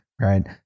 Right